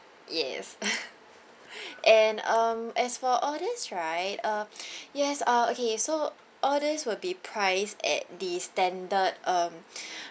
yes and um as for all this right uh yes uh okay so all this will be priced at the standard um